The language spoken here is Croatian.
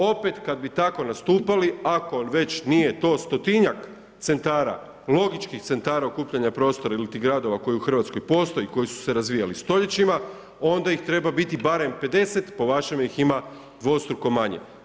Opet kad bi tako nastupali ako nije već to stotinjak centara logičkih centara okupljanja prostora ili ti gradova koji u Hrvatskoj postoji, koji su se razvijali stoljećima, onda ih treba biti barem pedeset po vašem ih ima dvostruko manje.